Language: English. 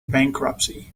bankruptcy